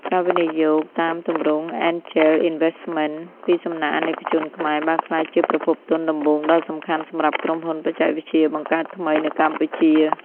ការវិនិយោគតាមទម្រង់ Angel Investment ពីសំណាក់អាណិកជនខ្មែរ បានក្លាយជាប្រភពទុនដំបូងដ៏សំខាន់សម្រាប់ក្រុមហ៊ុនបច្ចេកវិទ្យាបង្កើតថ្មី នៅកម្ពុជា។